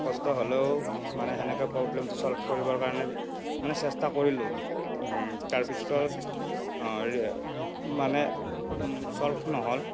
কষ্ট হ'লেও মানে সেনেকৈ প্ৰব্লেমটো চ'ল্ভ কৰিবৰ কাৰণে মানে চেষ্টা কৰিলোঁ তাৰপিছত মানে চ'ল্ভ নহ'ল